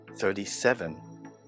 Thirty-seven